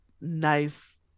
nice